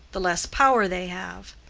the less power they have.